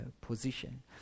position